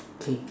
okay